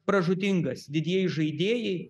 pražūtingas didieji žaidėjai